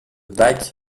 bach